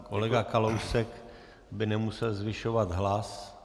Kolega Kalousek by nemusel zvyšovat hlas.